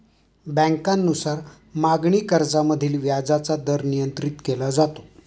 बँकांनुसार मागणी कर्जामधील व्याजाचा दर नियंत्रित केला जातो